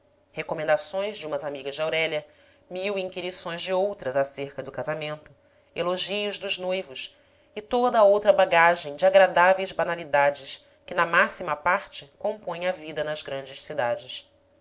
recomendações de umas amigas de aurélia mil inquirições de outras acerca do casamento elogios dos noivos e toda a outra bagagem de agradáveis banalidades que na máxima parte compõem a vida nas grandes cidades